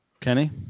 Kenny